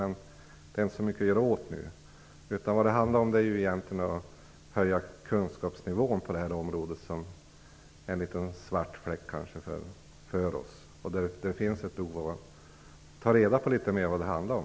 Men det är inte så mycket att göra åt nu. Vad det handlar om är att höja kunskapsnivån på detta område, som kanske är litet av en svart fläck för oss. Det finns ett behov att ta reda på litet mer vad det handlar om.